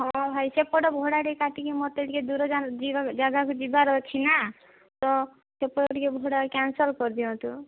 ହଁ ଭାଇ ସେପଟ ଭଡ଼ା ଟିକିଏ କାଟିକି ମୋତେ ଟିକିଏ ଦୂର ଯାଗାକୁ ଯିବାର ଅଛି ନା ତ ସେପଟ ଟିକିଏ ଭଡ଼ା କ୍ୟାନସେଲ କରିଦିଅନ୍ତୁ